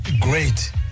great